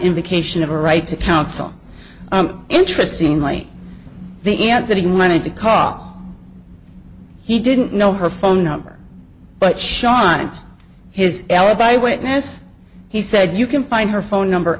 indication of a right to counsel interesting like the at that he wanted to call he didn't know her phone number but shawn and his alibi witness he said you can find her phone number